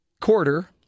quarter